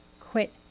quit